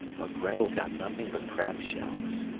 but grettel got nothing but crab-shells.